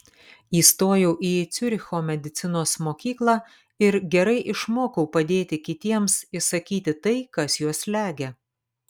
įstojau į ciuricho medicinos mokyklą ir gerai išmokau padėti kitiems išsakyti tai kas juos slegia